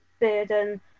burden